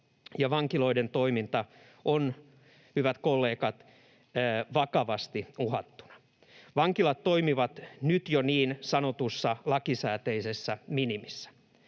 vankiloiden toiminta on, hyvät kollegat, vakavasti uhattuna. Vankilat toimivat jo nyt niin sanotussa lakisääteisessä minimissä.